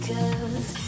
Cause